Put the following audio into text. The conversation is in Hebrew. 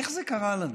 איך זה קרה לנו?